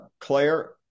Claire